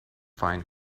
find